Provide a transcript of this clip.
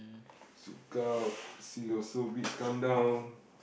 ZoukOut see also beach countdown